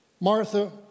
Martha